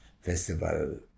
festival